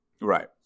Right